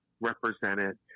represented